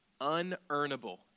unearnable